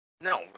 No